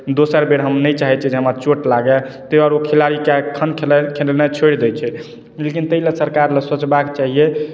दोसर बेर हम नहि चाहैत छियै जे हमरा चोट लागै ताहि दुआरे ओ खिलाड़ी कखन खेलनाइ छोड़ि दै छै लेकिन ताहि लै सरकार लए सोचबाक चाहियै